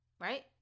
Right